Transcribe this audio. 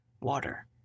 water